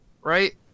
right